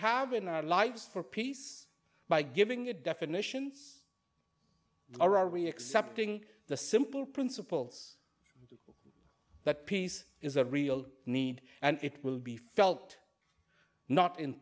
have in our lives for peace by giving it definitions or are we accepting the simple principles that peace is a real need and it will be felt not in